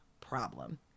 problem